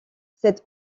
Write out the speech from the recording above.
cette